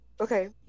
Okay